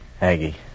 Aggie